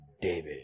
David